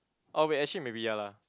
orh wait actually maybe ya lah